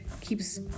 keeps